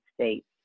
States